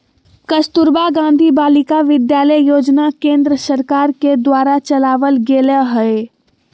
कस्तूरबा गांधी बालिका विद्यालय योजना केन्द्र सरकार के द्वारा चलावल गेलय हें